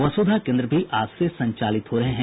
वसुधा केन्द्र भी आज से संचालित हो रहे हैं